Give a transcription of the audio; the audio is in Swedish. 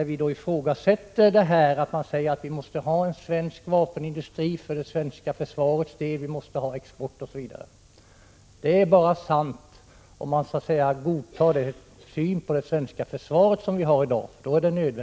Vi ifrågasätter där ståndpunkterna att Sverige måste ha en vapenindustri för det svenska försvarets del och att vapenexport är nödvändig osv. Det är bara sant om man godtar den nuvarande synen på det svenska försvaret.